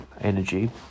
energy